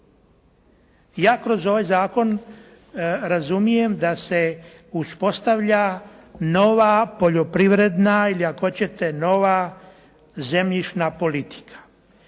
Ja kroz ovaj zakon razumijem da se uspostavlja nova poljoprivredna ili ako hoćete nova zemljišna politika.